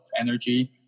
energy